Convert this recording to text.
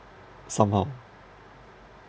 somehow